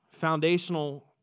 foundational